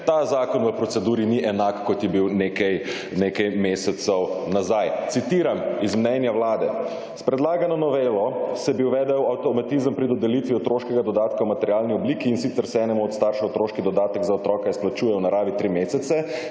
ta zakon v proceduri ni enak kot je bil nekaj mesecev nazaj. Citiram iz mnenja vlade: »S predlagano novelo se bi uvedel avtomatizem pri dodelitvi otroškega dodatka v materialni obliki, in sicer se enemu od staršev otroški dodatek za otroka izplačuje v naravi tri mesece,